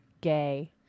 gay